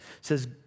says